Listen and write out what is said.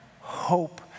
Hope